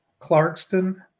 Clarkston